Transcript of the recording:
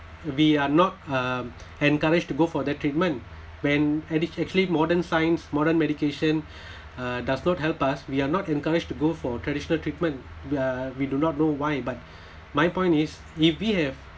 we are not uh encouraged to go for that treatment when actually modern science modern medication uh does not help us we're not encouraged to go for traditional treatment uh we do not know why but my point is if we have